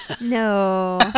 No